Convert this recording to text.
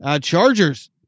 Chargers